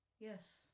yes